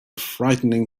frightening